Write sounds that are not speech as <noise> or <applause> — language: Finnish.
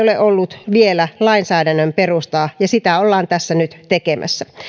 <unintelligible> ole ollut vielä lainsäädännön perustaa ja sitä ollaan tässä nyt tekemässä